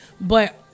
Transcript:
but-